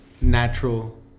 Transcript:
natural